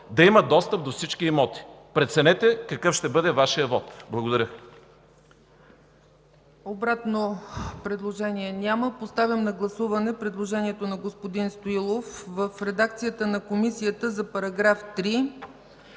да има достъп до всички имоти. Преценете какъв ще бъде Вашият вот. Благодаря.